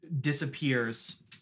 disappears